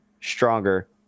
stronger